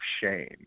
shame